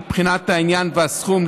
מבחינת העניין והסכום,